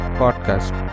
podcast